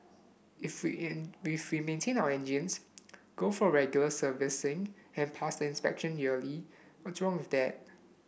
if we if we maintain our engines go for regular servicing and pass the inspection yearly what's wrong that